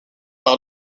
par